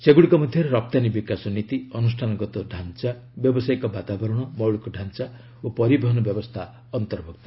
ସେଗୁଡ଼ିକ ମଧ୍ୟରେ ରପ୍ତାନୀ ବିକାଶ ନୀତି ଅନୁଷ୍ଠାନଗତ ଢାଞ୍ଚା ବ୍ୟବସାୟିକ ବାତାବରଣ ମୌଳିକ ଢାଞ୍ଚା ଓ ପରିବହନ ବ୍ୟବସ୍ଥା ଅନ୍ତର୍ଭୁକ୍ତ